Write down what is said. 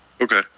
Okay